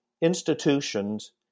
institutions